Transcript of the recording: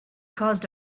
caused